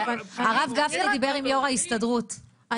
הרב גפני דיבר עם יו"ר ההסתדרות לבקשתי,